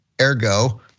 Ergo